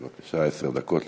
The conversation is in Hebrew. בבקשה, עשר דקות לרשותך.